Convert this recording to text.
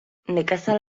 nekazal